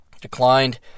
declined